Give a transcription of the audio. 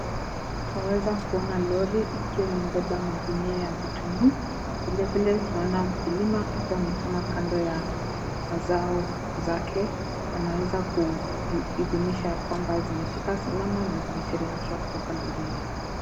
Twaweza kuona lori ikiwa imebeba magunia ya vitunguu. Vile vile tunaona mkulima akiwa amesimama kando ya mazao zake. Anaweza ku idhinisha ya kwamba zimefika salama na zimeteremshwa kutoka lorini.